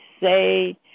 say